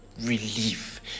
relief